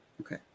Okay